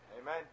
Amen